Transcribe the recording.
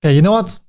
ah you know what?